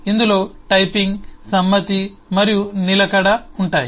ఇందులో టైపింగ్ సమ్మతి మరియు నిలకడtyping concurrency and persistence ఉంటాయి